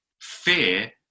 fear